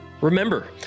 Remember